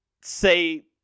say